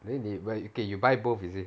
then they buy okay you buy both is it